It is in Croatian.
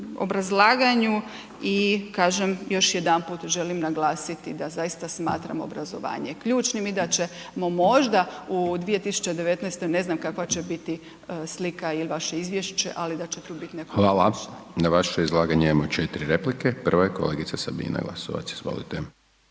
i kažem još jedanput želim naglasiti da zaista smatram obrazovanje ključnim i da ćemo možda u 2019. ne znam kakva će biti slika il vaše izvješće, ali da će tu biti … /Govorinici govore istovremeno./… **Hajdaš Dončić, Siniša (SDP)** Hvala. Na vaše izlaganje imamo 4 replike. Prva je kolegica Sabina Glasovac. Izvolite.